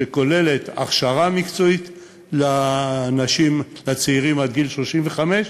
שכוללת הכשרה מקצועית לאנשים צעירים עד גיל 35,